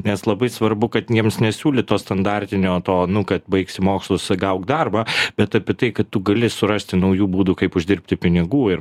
nes labai svarbu kad jiems nesiūlyt to standartinio to nu kad baigsi mokslus gauk darbą bet apie tai kad tu gali surasti naujų būdų kaip uždirbti pinigų ir